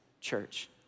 church